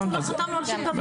אנחנו לא חתמנו על שום דבר.